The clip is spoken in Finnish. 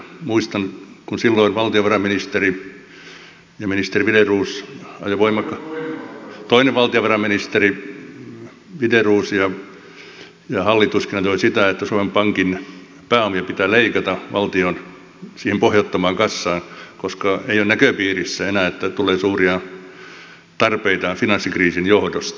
muistan kun silloin valtiovarainministeri ja ministeri wideroos toinen valtiovarainministeri wideroos ja hallituskin ajoivat sitä että suomen pankin pääomia pitää leikata siihen valtion pohjattomaan kassaan koska ei ole näköpiirissä enää että tulee suuria tarpeita finanssikriisin johdosta